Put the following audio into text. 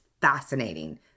fascinating